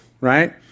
right